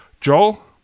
joel